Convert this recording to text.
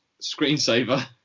screensaver